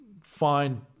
find